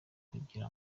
kugira